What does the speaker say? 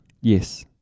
Yes